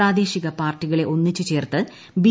പ്രാദേശിക പാർട്ടികളെ ഒന്നിച്ചു ചേർത്തു ബി